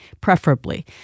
preferably